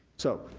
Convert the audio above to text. so,